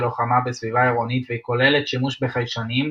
לוחמה בסביבה עירונית והיא כוללת שימוש בחיישנים,